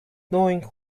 knowing